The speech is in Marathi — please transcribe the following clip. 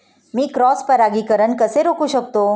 मी क्रॉस परागीकरण कसे रोखू शकतो?